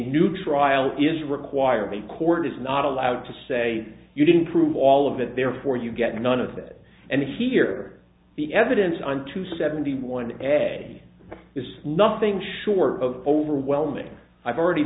new trial is required the court is not allowed to say you didn't prove all of it therefore you get none of that and here the evidence on to seventy one day is nothing short of overwhelming i've already